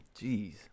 Jeez